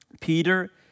Peter